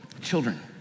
Children